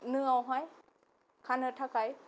नोआवहाय खानो थाखाय